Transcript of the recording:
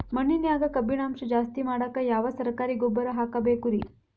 ಮಣ್ಣಿನ್ಯಾಗ ಕಬ್ಬಿಣಾಂಶ ಜಾಸ್ತಿ ಮಾಡಾಕ ಯಾವ ಸರಕಾರಿ ಗೊಬ್ಬರ ಹಾಕಬೇಕು ರಿ?